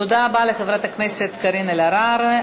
תודה רבה לחברת הכנסת קארין אלהרר.